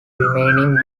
remaining